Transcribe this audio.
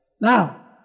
Now